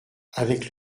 avec